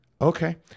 Okay